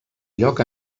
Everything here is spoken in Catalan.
lloc